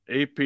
AP